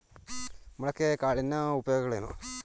ಮೊಳಕೆ ಕಾಳಿನ ಉಪಯೋಗಗಳೇನು?